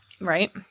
Right